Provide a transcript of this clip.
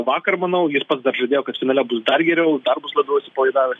vakar manau jis pats dar žadėjo kad finale bus dar geriau dar bus labiau atsipalaidavęs